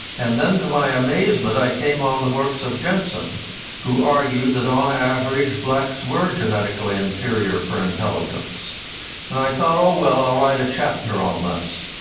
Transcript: and then to my amazement i came on the works of jensen who argued that on average blacks were genetically inferior for intelligence and i thought oh well, i'll write a chapter on this.